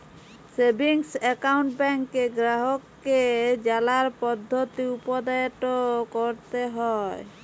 savings account ব্যাংকে গ্রাহককে জালার পদ্ধতি উপদেট ক্যরতে হ্যয়